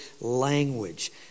language